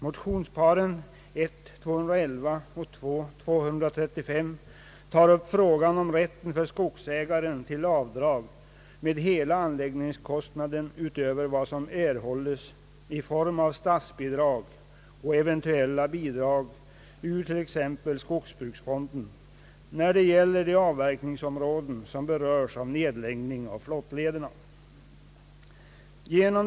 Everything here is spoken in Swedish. Motionsparet I: 211 och I: 235 tar upp frågan om rätt för skogsägaren till avdrag med hela anläggningskostnaden utöver vad som erhålles i form av statsbidrag och eventuella bidrag ur t.ex. skogsbruksfonden när det gäller de avverkningsområden som berörs av nedläggningen av huvudflottlederna.